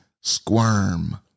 squirm